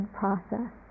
process